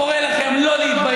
אני קורא לכם לא להתבייש,